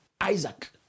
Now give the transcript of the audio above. Isaac